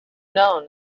known